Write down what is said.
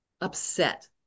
upset